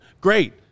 Great